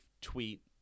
tweet